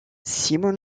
simon